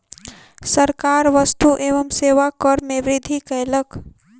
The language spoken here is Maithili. सरकार वस्तु एवं सेवा कर में वृद्धि कयलक